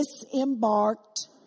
disembarked